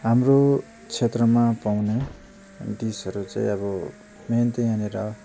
हाम्रो क्षेत्रमा पाउने डिसहरू चाहिँ अब मेन त यहाँनिर